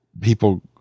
people